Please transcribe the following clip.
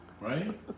Right